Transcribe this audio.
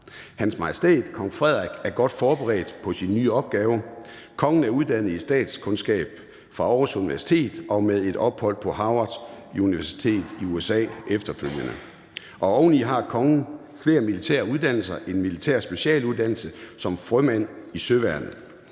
Hans Majestæt Kong Frederik er godt forberedt på sin nye opgave. Kongen er uddannet i statskundskab fra Aarhus Universitet og med et ophold på Harvard University i USA efterfølgende. Oveni har kongen flere militære uddannelser, herunder en militær specialuddannelse som frømand i Søværnet.